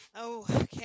Okay